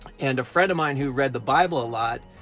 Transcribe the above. and a friend of mine who read the bible a lot,